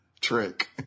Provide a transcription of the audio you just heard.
trick